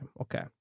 Okay